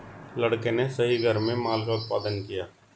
लड़के ने सही घर में माल का उत्पादन किया